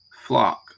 flock